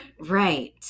right